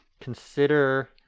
consider